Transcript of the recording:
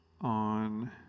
on